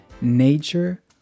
nature